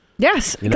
yes